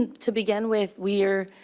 and to begin with, we're